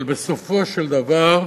אבל בסופו של דבר,